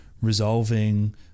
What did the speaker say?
resolving